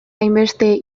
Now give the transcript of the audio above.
hainbeste